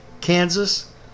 Kansas